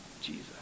Jesus